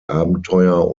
abenteuer